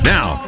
Now